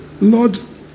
Lord